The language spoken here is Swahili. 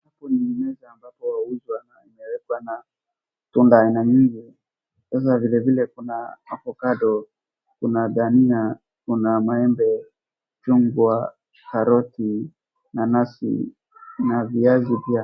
Hapo ni meza ambapo wauzi wana imewekwa na tunda aina nyingi. Sasa vile vile kuna avocado , kuna dania, kuna maembe, chungwa, karoti, nanasi na viazi pia.